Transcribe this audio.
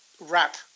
wrap